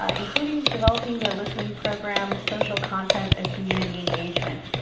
ah including developing their listening program, social content, and community engagement.